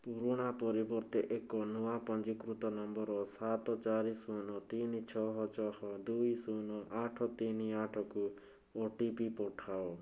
ପୁରୁଣା ପରିବର୍ତ୍ତେ ଏକ ନୂଆ ପଞ୍ଜୀକୃତ ନମ୍ବର ସାତ ଚାରି ଶୂନ ତିନି ଛଅ ଛଅ ଦୁଇ ଶୂନ ଆଠ ତିନି ଆଠ କୁ ଓ ଟି ପି ପଠାଅ